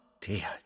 dear